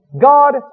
God